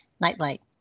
Nightlight